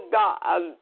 god